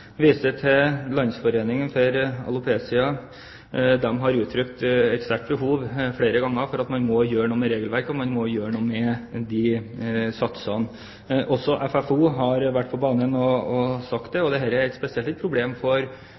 Landsforeningen Alopecia. De har flere ganger uttrykt et sterkt behov for at man må gjøre noe med regelverket og satsene. Også FFO har vært på banen og sagt det. Dette er spesielt et problem for jenter som har en sykdom som det ikke går an å foreta medisinsk behandling av, og det er